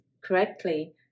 correctly